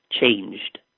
changed